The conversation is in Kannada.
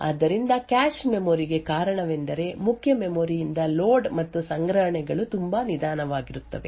ಆದ್ದರಿಂದ ಕ್ಯಾಶ್ ಮೆಮೊರಿ ಗೆ ಕಾರಣವೆಂದರೆ ಮುಖ್ಯ ಮೆಮೊರಿ ಯಿಂದ ಲೋಡ್ ಮತ್ತು ಸಂಗ್ರಹಣೆಗಳು ತುಂಬಾ ನಿಧಾನವಾಗಿರುತ್ತವೆ